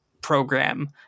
program